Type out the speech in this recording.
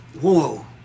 whoa